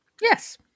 Yes